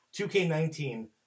2K19